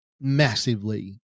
Massively